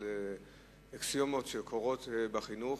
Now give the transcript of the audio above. אקסיומות שקורות בחינוך,